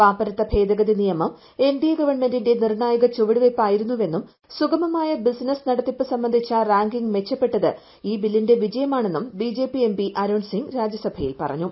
പാപ്പരത്ത ഭേദഗതി നിയമം എൻഡിഎ ഗവൺമെന്റിന്റെ നിർണായിക്ക ചുവടുവെപ്പ് ആയിരുന്നുവെന്നും സുഗമമായ ബിസിനസ് നട്ടത്തിപ്പ് സംബന്ധിച്ച റാങ്കിംഗ് മെച്ചപ്പെട്ടത് ഈ ബില്ലിന്റെ വിജയമാണ്ണും ബിജെപി എംപി അരുൺ സിംഗ് രാജ്യസഭയിൽ പറഞ്ഞു